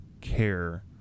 care